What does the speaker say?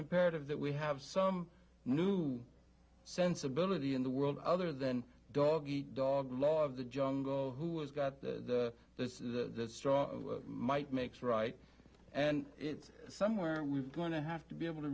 imperative that we have some new sensibility in the world other than dog eat dog law of the jungle who has got the strong might makes right and it's somewhere we're going to have to be able to